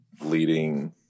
leading